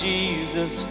Jesus